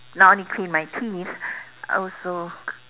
not only clean my teeth also